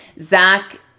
Zach